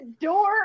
door